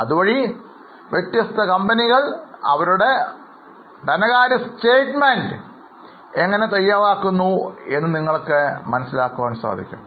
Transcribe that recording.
അതുവഴി വ്യത്യസ്ത കമ്പനികൾ അവരുടെ ധനകാര്യ സ്റ്റേറ്റ്മെൻറ് എങ്ങനെ തയ്യാറാക്കുന്നു എന്ന് നിങ്ങൾക്കറിയാം